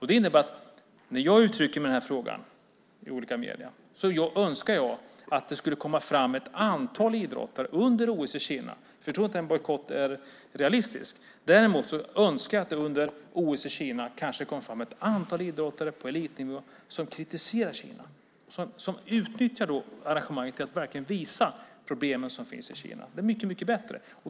Det innebär att när jag uttrycker mig i denna fråga i olika medier, eftersom jag inte tror att en bojkott är realistisk, önskar jag att det under OS i Kina kanske ska komma fram ett antal idrottare på elitnivå som kritiserar Kina och som utnyttjar arrangemanget för att verkligen visa de problem som finns i Kina. Det är mycket bättre.